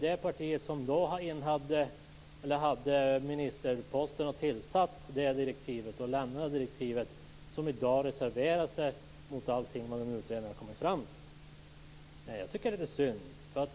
De partier som innehade ministerposterna när de direktiven lämnades reserverar sig i dag mot allt det som utredaren kommit fram till. Jag tycker att det är lite synd.